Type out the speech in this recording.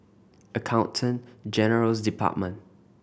Accountant General's Department